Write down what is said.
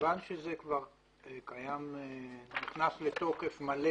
שכיוון שזה נכנס לתוקף מלא